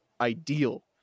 ideal